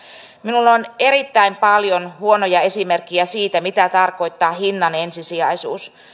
minulla on erittäin paljon huonoja esimerkkejä siitä mitä tarkoittaa hinnan ensisijaisuus